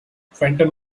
fenton